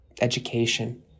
education